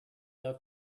love